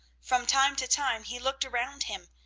from time to time he looked around him,